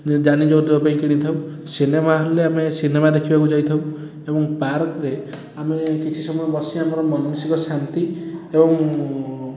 ଯାନିଯୌତୁକ ପାଇଁ କିଣିଥାଉ ସିନେମା ହଲ୍ରେ ଆମେ ସିନେମା ଦେଖିବାକୁ ଯାଇଥାଉ ଏବଂ ପାର୍କରେ ଆମେ କିଛି ସମୟ ବସି ଆମର ମାନସିକ ଶାନ୍ତି ଏବଂ